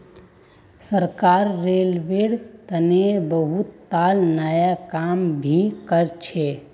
सरकार रेलवेर तने बहुतला नया काम भी करछ